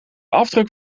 afdruk